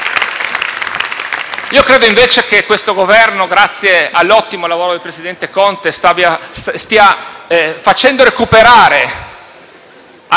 Credo invece che il Governo, grazie all'ottimo lavoro del presidente Conte, stia facendo recuperare